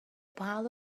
pile